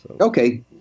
Okay